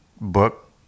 book